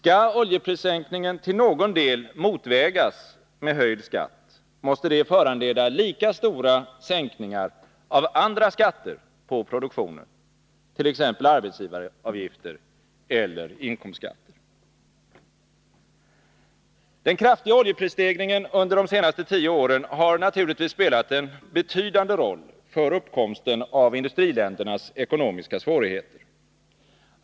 Skall oljeprissänkningen till någon del motvägas med höjd skatt, måste det föranleda lika stora sänkningar av andra skatter på produktionen, t.ex. arbetsgivaravgifter eller inkomstskatter. Den kraftiga oljeprisstegringen under de senaste tio åren har naturligtvis spelat en betydande roll för uppkomsten av industriländernas ekonomiska svårigheter.